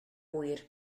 ŵyr